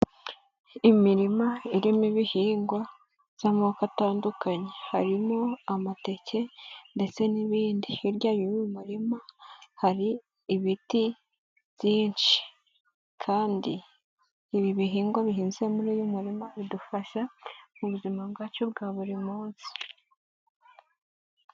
Imirima irimo ibihingwa by'amoko atandukanye, harimo amateke ndetse n'ibindi, hirya y'uwo muririma hari ibiti byinshi kandi ibi bihingwa bihinze muri uyu murima bidufasha mu buzima bwacu bwa buri munsi.